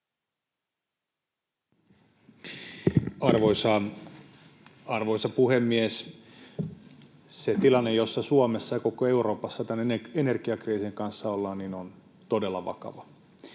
Arvoisa puhemies! Se tilanne, jossa Suomessa ja koko Euroopassa tämän energiakriisin kanssa ollaan, on todella vakava,